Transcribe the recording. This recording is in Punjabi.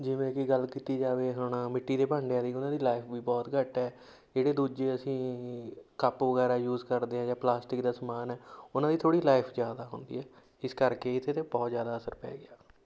ਜਿਵੇਂ ਕੀ ਗੱਲ ਕੀਤੀ ਜਾਵੇ ਹੁਣ ਮਿੱਟੀ ਦੇ ਭਾਂਡਿਆਂ ਦੀ ਉਹਨਾਂ ਦੀ ਲਾਈਫ ਵੀ ਬਹੁਤ ਘੱਟ ਹੈ ਜਿਹੜੇ ਦੂਜੇ ਅਸੀਂ ਕੱਪ ਵਗੈਰਾ ਯੂਜ਼ ਕਰਦੇ ਹਾਂ ਜਾਂ ਪਲਾਸਟਿਕ ਦਾ ਸਮਾਨ ਹੈ ਉਹਨਾਂ ਦੀ ਥੋੜੀ ਲਾਈਫ ਜ਼ਿਆਦਾ ਹੁੰਦੀ ਹੈ ਇਸ ਕਰਕੇ ਇਹਦੇ 'ਤੇ ਬਹੁਤ ਜ਼ਿਆਦਾ ਅਸਰ ਪੈ ਗਿਆ